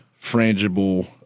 frangible